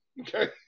Okay